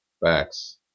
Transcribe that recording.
Facts